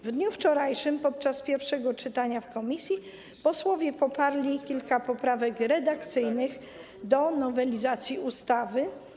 Wczoraj podczas pierwszego czytania w komisji posłowie poparli kilka poprawek redakcyjnych do nowelizacji ustawy.